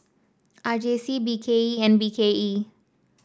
R J C B K E and B K E